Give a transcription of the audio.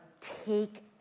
take